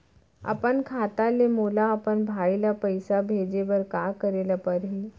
अपन खाता ले मोला अपन भाई ल पइसा भेजे बर का करे ल परही?